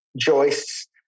joists